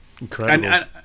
Incredible